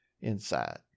inside